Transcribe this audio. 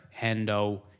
Hendo